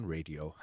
Radio